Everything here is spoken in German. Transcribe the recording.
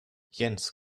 jens